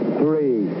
three